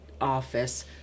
office